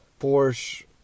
Porsche